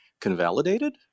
convalidated